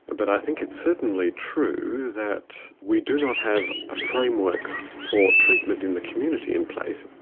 but i think it's certainly true that we do not have a framework for treatment in the community in place.